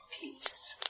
peace